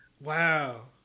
Wow